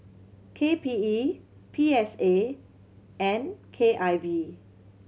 K P E P S A and K I V